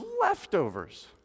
leftovers